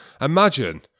Imagine